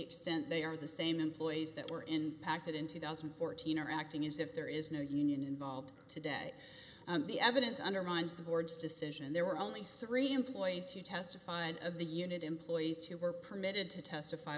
extent they are the same employees that were in acted in two thousand and fourteen are acting as if there is no union involved today and the evidence undermines the board's decision there were only three employees who testified of the unit employees who were permitted to testify